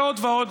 ועוד ועוד.